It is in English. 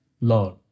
Lord